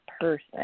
person